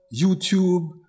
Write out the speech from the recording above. YouTube